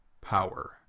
power